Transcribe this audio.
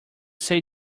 say